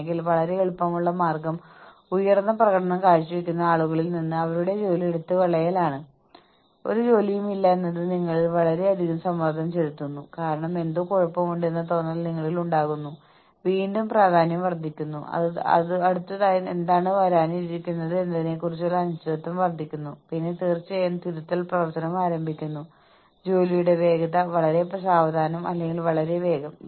gain sharing എന്നത് ഉൽപാദനക്ഷമതയെ അടിസ്ഥാനമാക്കിയുള്ളതാണ് ഇത് പലതരത്തിലാണ് ഇത് കാൽ വർഷത്തിലോ അർദ്ധ വാർഷികത്തിലോ ആയിരിക്കാം കാൽ വർഷത്തിന് ശേഷം എന്നാൽ ഓരോ 3 മാസത്തിനും ശേഷം എന്നാണ് അർദ്ധ വാർഷികം എന്നാൽ അർദ്ധ എന്നാൽ പകുതി വാർഷികം എന്നാൽ വർഷം